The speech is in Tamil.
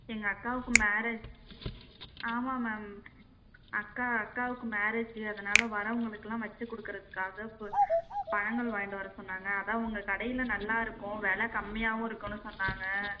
எங்கள் அக்காவுக்கு மேரேஜ் ஆமாம் மேம் அக்கா அக்காவுக்கு மேரேஜு அதனால் வரவங்களுக்குலாம் வச்சு கொடுக்கறதுக்காக பு பழங்கள் வாங்கிகிட்டு வர சொன்னாங்க அதுதான் உங்கள் கடையில் நல்லா இருக்கும் விலை கம்மியாகவும் இருக்கும்னு சொன்னாங்க